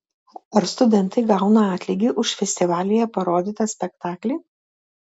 ar studentai gauna atlygį už festivalyje parodytą spektaklį